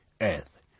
earth